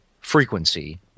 frequency